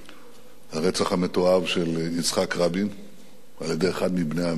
הרצח המתועב של יצחק רבין על-ידי אחד מבני עמנו,